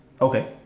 Okay